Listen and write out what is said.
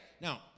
Now